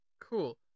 cool